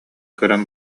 көрөн